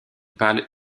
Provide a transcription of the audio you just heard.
pâle